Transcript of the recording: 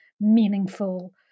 meaningful